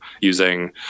using